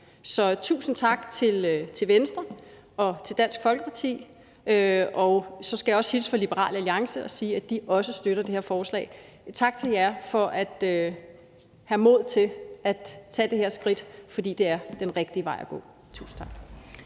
Så tusind tak til Venstre og til Dansk Folkeparti, og så skal jeg også hilse fra Liberal Alliance og sige, at de også støtter det her forslag. Tak til jer for at have mod til at tage det her skridt, for det er den rigtige vej at gå. Kl.